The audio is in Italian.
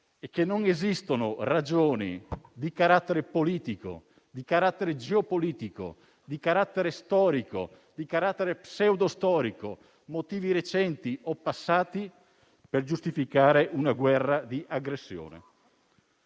e che non esistono ragioni di carattere politico, di carattere geopolitico, di carattere storico, di carattere pseudo-storico, motivi recenti o passati per giustificare una guerra di aggressione.